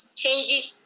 changes